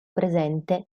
presente